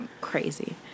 Crazy